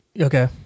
Okay